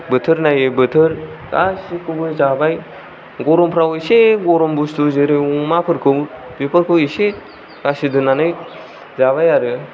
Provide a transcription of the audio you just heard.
बोथोर नायै बोथोर गासिबखौबो जाबाय गरमफ्राव एसे गरम बुस्थु जेरै अमाफोरखौ बेफोरखौ एसे बासि दोननानै जाबाय आरो